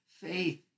Faith